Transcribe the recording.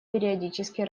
периодически